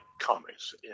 comics